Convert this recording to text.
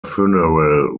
funeral